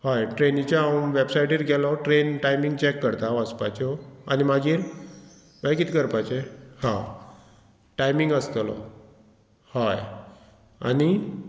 हय ट्रेनीचे हांव वेबसायटीर गेलो ट्रेन टायमींग चॅक करता वचपाच्यो आनी मागीर कितें करपाचें हां टायमींग आसतलो हय आनी